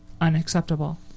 unacceptable